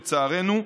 לצערנו,